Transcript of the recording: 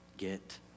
get